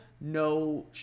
no